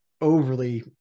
overly